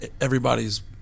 everybody's